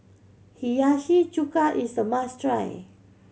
Hiyashi Chuka is a must try